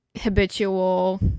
habitual